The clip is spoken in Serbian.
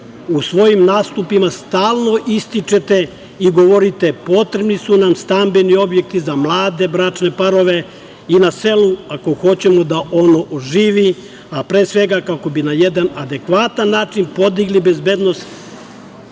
u svojim nastupima stalno ističite i govorite - potrebni su nam stambeni objekti za mlade bračne parove i na selu ako hoćemo da ono oživi, a pre svega kako bi na jedan adekvatan način podigli bezbednost